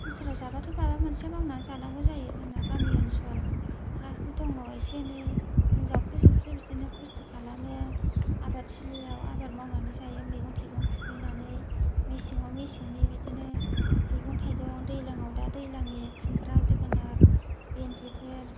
संसारा जाबाथ' माबा मोनसे मावनानै जानांगौ जायो जोंना गामि ओनसल हा हु दङ एसे एनै जों जावफ्ले जुवफ्ले बिदिनो खस्ट' खालामो आबादथिलियाव आबाद मावनानै जायो मैगं थाइगं खुबैनानै मेसेंआव मेसेंनि बिदिनो मैगं थाइगं दैलांआव दा दैलांनि खुमब्रा जोगोनार भेन्दिफोर